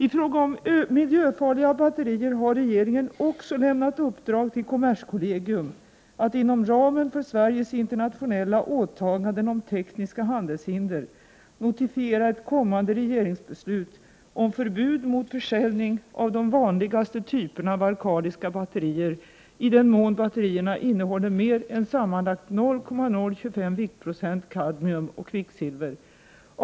I fråga om miljöfarliga batterier har regeringen också lämnat uppdrag till kommerskollegium att inom ramen för Sveriges internationella åtaganden om tekniska handelshinder notifiera ett kommande regeringsbeslut om förbud mot försäljning av de vanligaste typerna av alkaliska batterier i den mån batterierna innehåller mer än sammanlagt 0,025 viktprocent kadmium och kvicksilver.